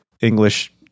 English